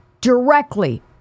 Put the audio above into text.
directly